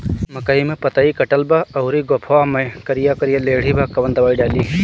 मकई में पतयी कटल बा अउरी गोफवा मैं करिया करिया लेढ़ी बा कवन दवाई डाली?